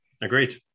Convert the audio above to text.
agreed